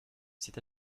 c’est